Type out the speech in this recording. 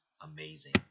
amazing